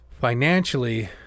financially